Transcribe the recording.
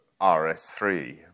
rs3